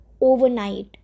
overnight